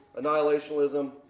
annihilationism